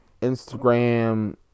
Instagram